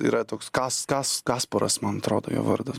yra toks kas kas kasparas man atrodo jo vardas